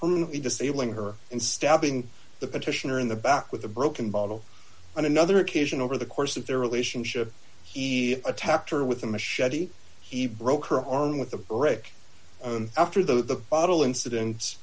arm disabling her and stabbing the petitioner in the back with a broken bottle on another occasion over the course of their relationship he attacked her with a machete he broke her arm with a brick after the bottle incidents